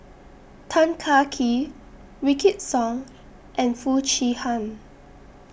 Tan Kah Kee Wykidd Song and Foo Chee Han